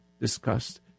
discussed